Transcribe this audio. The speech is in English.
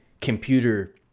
computer